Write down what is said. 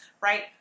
right